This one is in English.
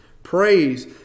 praise